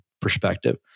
perspective